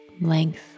Length